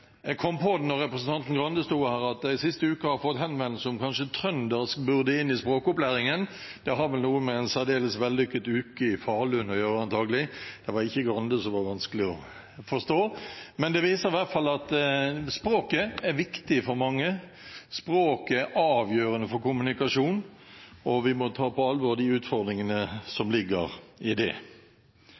Jeg kom på da representanten Grande sto her, at jeg siste uke har fått henvendelse om at trøndersk kanskje burde inn i språkopplæringen. Det har vel noe med en særdeles vellykket uke i Falun å gjøre, antakelig – det var ikke Grande som var vanskelig å forstå! Men det viser i hvert fall at språket er viktig for mange. Språket er avgjørende for kommunikasjon, og vi må ta på alvor de utfordringene som ligger i det.